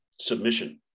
submission